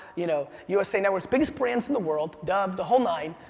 you know usa networks, biggest brands in the world, dove, the whole nine,